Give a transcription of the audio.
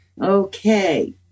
Okay